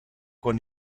con